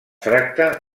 tracta